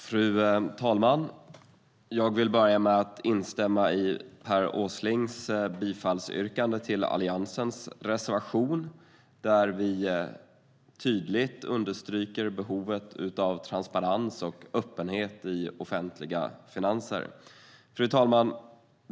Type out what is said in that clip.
Fru talman! Jag vill börja med att instämma i Per Åslings bifall till Alliansens reservation, där vi tydligt understryker behovet av transparens och öppenhet i offentliga finanser.